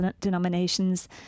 denominations